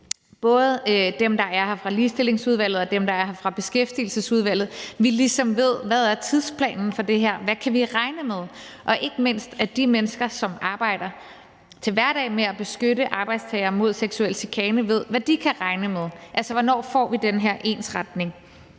både dem, der er her fra Ligestillingsudvalget, og dem, der er her fra Beskæftigelsesudvalget, ligesom ved, hvad tidsplanen er for det her – hvad kan vi regne med? – og ikke mindst, at de mennesker, som arbejder til hverdag med at beskytte arbejdstagere mod seksuel chikane, ved, hvad de kan regne med. Altså, hvornår får vi den her ensretning?